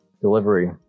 delivery